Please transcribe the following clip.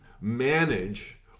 manage